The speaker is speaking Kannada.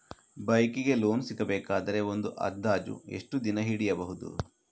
ಬೈಕ್ ಗೆ ಲೋನ್ ಸಿಗಬೇಕಾದರೆ ಒಂದು ಅಂದಾಜು ಎಷ್ಟು ದಿನ ಹಿಡಿಯಬಹುದು?